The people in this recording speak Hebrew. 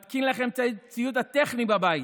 מתקין לכם את הציוד הטכני בבית.